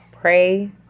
Pray